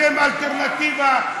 אתם אלטרנטיבה,